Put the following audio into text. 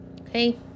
Okay